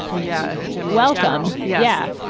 and yeah. jim, welcome. yeah.